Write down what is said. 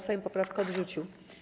Sejm poprawkę odrzucił.